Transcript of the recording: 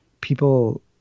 people